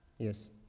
Yes